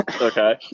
Okay